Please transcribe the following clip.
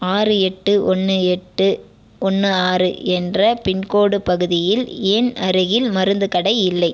ஆறு எட்டு ஒன்னு எட்டு ஒன்று ஆறு என்ற பின்கோடு பகுதியில் ஏன் அருகில் மருந்துக் கடை இல்லை